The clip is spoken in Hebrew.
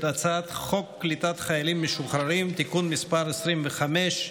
הצעת חוק קליטת חיילים משוחררים (תיקון מס' 25),